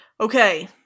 Okay